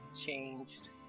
changed